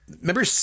remember